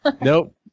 Nope